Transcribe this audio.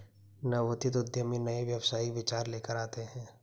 नवोदित उद्यमी नए व्यावसायिक विचार लेकर आते हैं